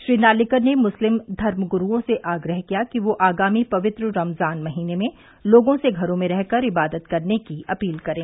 श्री नार्लिकर ने मुस्लिम धर्मग्रूओं से आग्रह किया कि वे आगामी पवित्र रमजान महीने में लोगों से घरों में रहकर इबादत करने की अपील करें